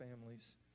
families